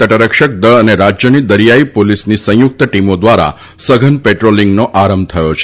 તટરક્ષક દળ અને રાજ્યની દરિયાઇ પોલીસની સંયુક્ત ટીમો દ્વારા સઘન પેટ્રોલિંગનો આરંભ થયો છે